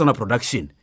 production